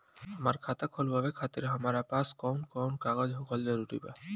हमार खाता खोलवावे खातिर हमरा पास कऊन कऊन कागज होखल जरूरी बा?